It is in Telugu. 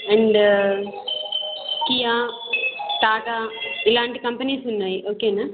అండ్ కియా టాటా ఇలాంటి కంపెనీస్ ఉన్నాయి ఓకేనా